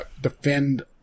defend